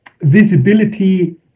visibility